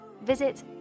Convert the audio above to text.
Visit